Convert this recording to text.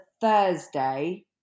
Thursday